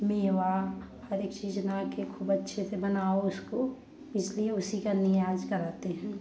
मेवा हर एक चीज़ नहा कर खूब अच्छे से बनाओ उसको इसलिए उसी का नियाज़ करते हैं